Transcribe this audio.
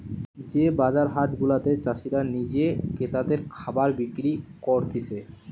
যে বাজার হাট গুলাতে চাষীরা নিজে ক্রেতাদের খাবার বিক্রি করতিছে